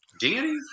Danny